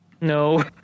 No